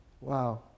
Wow